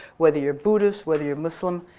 whether you're buddhist, whether you're muslim.